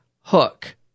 Hook